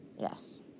Yes